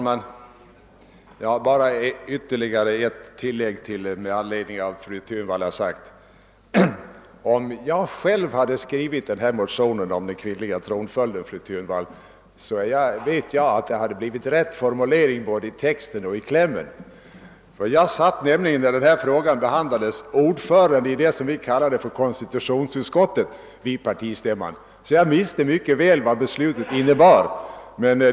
Herr talman! Med anledning av vad fru Thunvall har sagt har jag endast ett tillägg att göra. Om jag själv hade skrivit motionen om den kvinnliga tronföljden, fru Thunvall, hade formuleringen blivit rätt både i text och i kläm. När denna fråga behandlades vid partistämman satt jag nämligen som ordförande i det som vi kallade vårt konstitutionsutskott. Jag visste alltså mycket väl vad beslutet innebar.